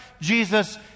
Jesus